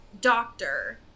doctor